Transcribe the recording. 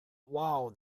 wow